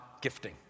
gifting